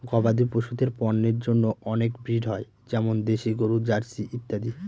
গবাদি পশুদের পন্যের জন্য অনেক ব্রিড হয় যেমন দেশি গরু, জার্সি ইত্যাদি